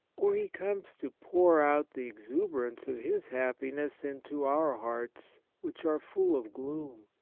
or he comes to pour out the exuberance of his happiness into our hearts which are full of gloom,